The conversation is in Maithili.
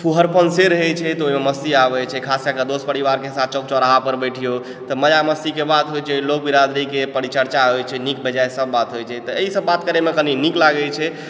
फूहड़पन से रहै छै तऽ ओहिमे मस्ती आबै छै तऽ खास कए कऽ दोस्त परिवारके साथ चौक चौराहापर बैठियौ तऽ मजा मस्तीकेँ बात होइ छै लोग बिरादरीकेँ चर्चा होइ छै नीक बेजाए सब बात होइ छै तऽ ई सब करयमे कनी नीक लागै छै